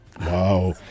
Wow